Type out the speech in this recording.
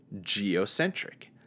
geocentric